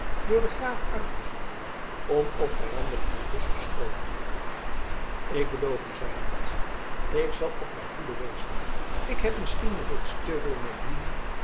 door den graaf uitgezonden om op vijandelijke kust te stroopen ik beloof u zeide madzy ik zal op mijn hoede wezen ik heb misschien reeds te veel met dien